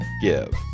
give